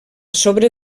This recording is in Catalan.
sobre